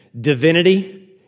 Divinity